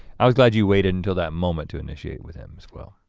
i was glad you waited until that moment to initiate with him as well.